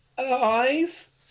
eyes